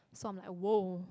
so I'm like my world